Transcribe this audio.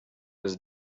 was